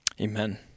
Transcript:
Amen